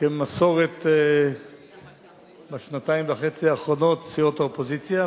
כמסורת בשנתיים וחצי האחרונות סיעות האופוזיציה,